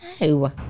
No